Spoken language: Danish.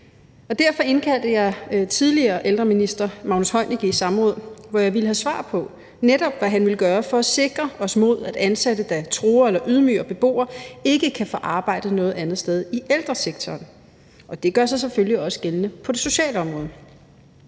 Derfor indkaldte jeg tidligere ældreminister Magnus Heunicke i samråd, hvor jeg netop ville have svar på, hvad han ville gøre for at sikre, at ansatte, der truer eller ydmyger beboere, ikke kan få arbejde noget andet sted i ældresektoren. Og det gør sig selvfølgelig også gældende på det sociale område.